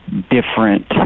different